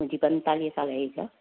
मुंहिंजी पंजतालीह साल एज आहे